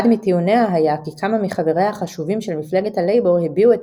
אחד מטיעוניה היה כי כמה מחבריה החשובים של מפלגת הלייבור הביעו את